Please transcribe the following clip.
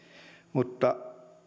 mutta